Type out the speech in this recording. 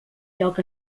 lloc